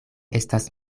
estas